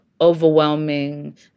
overwhelming